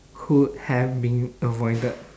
could have been avoided